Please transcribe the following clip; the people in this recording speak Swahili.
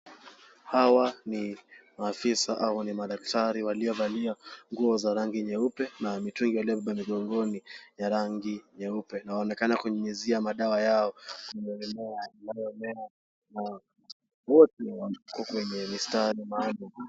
Hawa ni maafisa ama madaktari waliovalia nguo za rangi nyeupe na mitungi yaliobebwa migongoni ya rangi nyeupe na wanaonekana kunyunyizia madawa yao kwenye mimea na wote wamekaa kwenye mistari maalum.